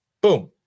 Boom